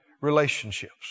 relationships